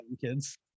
kids